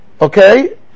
Okay